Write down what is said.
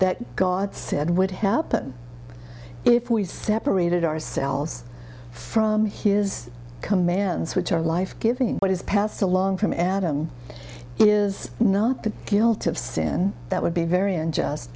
that god said would happen if we separated ourselves from his commands which are life giving what is passed along from adam is not the guilt of sin that would be very unjust